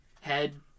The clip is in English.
head